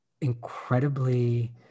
incredibly